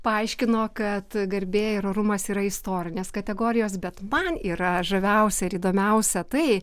paaiškino kad garbė ir orumas yra istorinės kategorijos bet man yra žaviausia ir įdomiausia tai